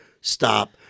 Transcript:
stop